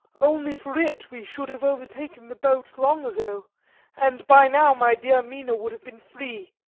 only for it we should have overtaken the boat long ago and by now my dear mina would have been free.